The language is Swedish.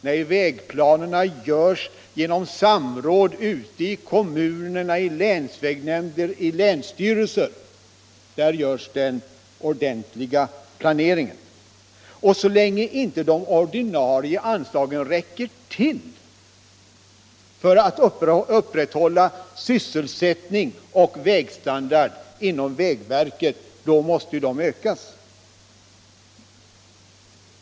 Nej, men vägplanerna utformas ju genom samråd ute i kommuner, i länsvägnämnder och länsstyrelser. Där görs den ordentliga planeringen. Och så länge inte de ordinarie anslagen räcker till för att upprätthålla sysselsättning och god vägstandard inom vägverket måste de ju ökas.